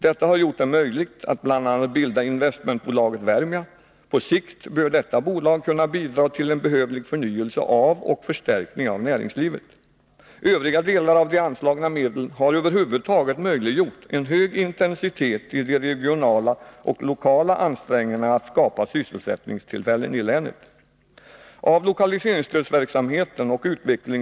Detta har gjort det möjligt att bl.a. bilda investmentbolaget Wermia. På sikt bör detta bolag kunna bidra till en behövlig förnyelse och förstärkning av näringslivet. Övriga delar av de anslagna medlen har över huvud taget möjliggjort en hög intensitet i de regionala och lokala ansträngningarna att skapa sysselsättningstillfällen i länet.